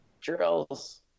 Drills